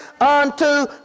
unto